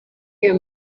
iyo